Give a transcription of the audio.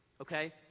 Okay